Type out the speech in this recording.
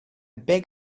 beg